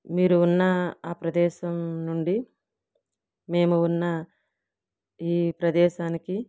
మీరు ఉన్న ఆ ప్రదేశం నుండి మేము ఉన్న ఈ ప్రదేశానికి